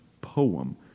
poem